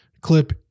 clip